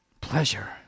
pleasure